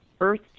earth